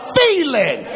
feeling